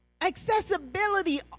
accessibility